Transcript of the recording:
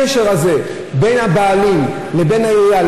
הקשר הזה בין הבעלים לבין העירייה,